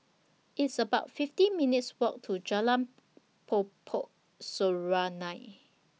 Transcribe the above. It's about fifty minutes' Walk to Jalan Po Pokok Serunai